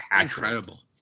incredible